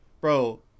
bro